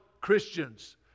Christians